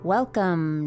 Welcome